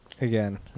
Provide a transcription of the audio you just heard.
again